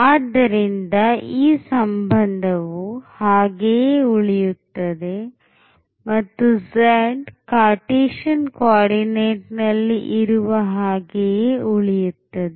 ಆದ್ದರಿಂದ ಈ ಸಂಬಂಧವು ಹಾಗೆಯೇ ಉಳಿಯುತ್ತದೆ ಮತ್ತು z Cartesian coordinate ನಲ್ಲಿ ಇರುವ ಹಾಗೆಯೇ ಉಳಿಯುತ್ತದೆ